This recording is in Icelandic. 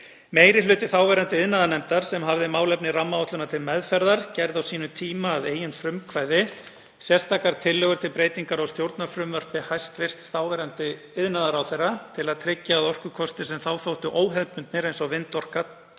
Meiri hluti þáverandi iðnaðarnefndar, sem hafði málefni rammaáætlunar til meðferðar, gerði á sínum tíma að eigin frumkvæði sérstakar tillögur til breytinga á stjórnarfrumvarpi hæstv. þáverandi iðnaðarráðherra til að tryggja að orkukostir sem þá þóttu óhefðbundir, eins og vindorka